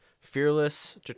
fearless